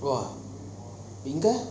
!wah! இங்க:inga